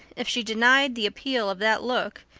if she denied the appeal of that look,